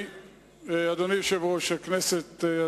אדוני יושב-ראש הכנסת,